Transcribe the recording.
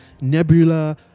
Nebula